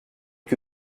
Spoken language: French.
que